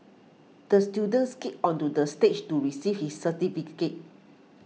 the student skated onto the stage to receive his certificate